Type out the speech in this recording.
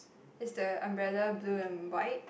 is the umbrella blue and white